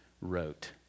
wrote